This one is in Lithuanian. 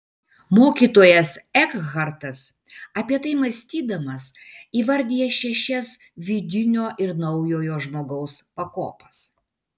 mokytojas ekhartas apie tai mąstydamas įvardija šešias vidinio ir naujojo žmogaus pakopas